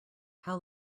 how